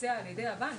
יתבצע על ידי הבנק.